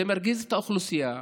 זה מרגיז את האוכלוסייה,